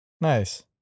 Nice